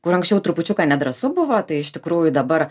kur anksčiau trupučiuką nedrąsu buvo tai iš tikrųjų dabar